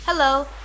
Hello